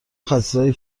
خسیسایی